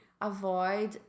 avoid